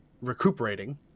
recuperating